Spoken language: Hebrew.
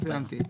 לא סיימתי.